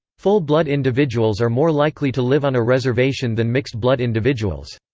full-blood individuals are more likely to live on a reservation than mixed-blood individuals.